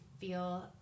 feel